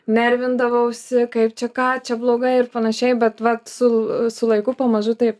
nervindavausi kaip čia ką čia blogai ir panašiai bet vat su su laiku pamažu taip